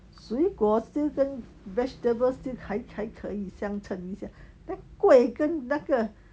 水果 still 跟 vegetable still 才才可以相衬一下那 kueh 跟那个